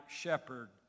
shepherd